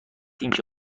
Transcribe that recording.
اینکه